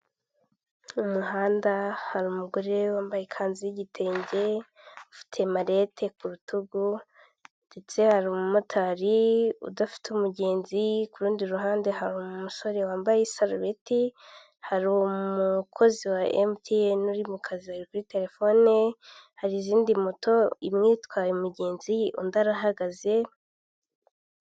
Umuhanda w'igitaka urimo imodoka ebyiri imwe y'umukara n'indi yenda gusa umweru, tukabonamo inzu ku ruhande yarwo yubakishije amabuye kandi ifite amababi y'umutuku ni'gipangu cy'umukara.